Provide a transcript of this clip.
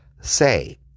say